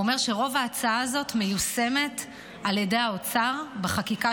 הוא אומר שרוב ההצעה הזאת מיושמת על ידי האוצר בחקיקה